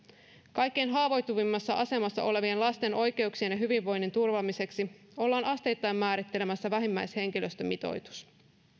kaikkein haavoittuvimmassa asemassa olevien lasten oikeuksien ja hyvinvoinnin turvaamiseksi ollaan asteittain määrittelemässä vähimmäishenkilöstömitoitus